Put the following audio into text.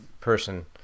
person